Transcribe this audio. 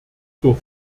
zur